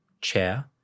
chair